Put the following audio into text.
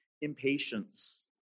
impatience